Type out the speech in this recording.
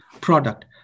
product